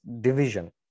division